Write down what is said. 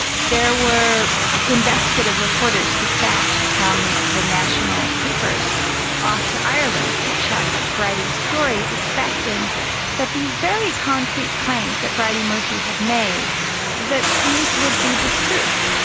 there were investigative reporters dispatched from the national papers off to ireland to check bridey's story expecting that these very concrete claims that bridey murphy had made that these would be disproved.